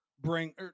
bring